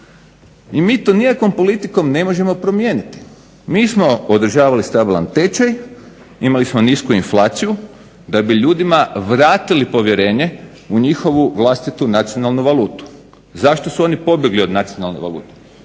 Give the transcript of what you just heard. i mi to nikakvom politikom ne možemo promijeniti. Mi smo održavali stabilan tečaj, imali smo nisku inflaciju da bi ljudima vratili povjerenje u njihovu vlastitu nacionalnu valutu. Zašto su oni pobjegli od nacionalne valute?